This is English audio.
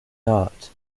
not